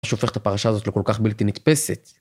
מה שהופך את הפרשה הזאת לכל כך בלתי נקפסת?